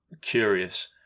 curious